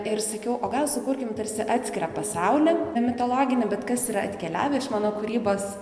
ir sakiau o gal sukurkim tarsi atskirą pasaulį mitologinė bet kas yra atkeliavę iš mano kūrybos